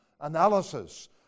analysis